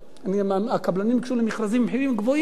הקבלנים ניגשו למכרזים במחירים גבוהים מאוד,